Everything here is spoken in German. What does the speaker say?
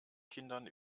kindern